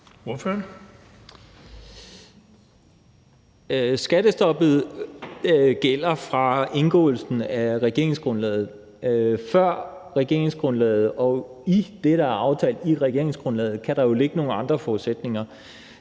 Skattestoppet gælder fra indgåelsen af regeringsgrundlaget. Før regeringsgrundlaget og i det, der er aftalt i regeringsgrundlaget, kan der jo ligge nogle andre forudsætninger.